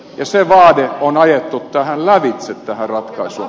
ja se vaade on ajettu lävitse tähän ratkaisuun